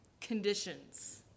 conditions